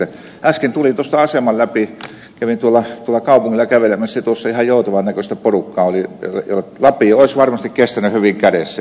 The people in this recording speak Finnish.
äsken tulin tuosta aseman läpi kävin tuolla kaupungilla kävelemässä ja tuossa oli ihan joutilaan näköistä porukkaa jolla lapio olisi varmasti kestänyt hyvin kädessä